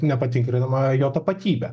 nepatikrinama jo tapatybę